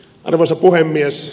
arvoisa puhemies